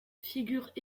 figurent